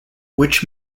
which